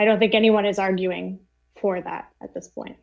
i don't think anyone is arguing for that at this point